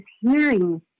hearing